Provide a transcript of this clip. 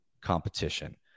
competition